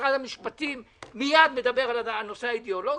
משרד המשפטים מיד מדבר על הנושא האידיאולוגי,